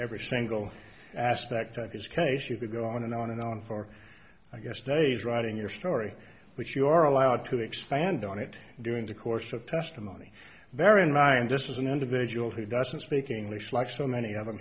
every single aspect of his case you could go on and on and on for i guess days writing your story which you are allowed to expand on it during the course of testimony bear in mind this was an individual who doesn't speak english like so many of the